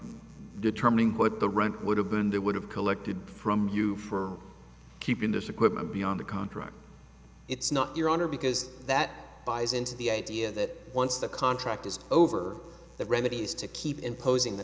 determining what the rent would have been they would have collected from you for keeping this equipment beyond the contract it's not your honor because that buys into the idea that once the contract is over the remedy is to keep imposing the